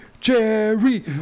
Jerry